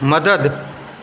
मदद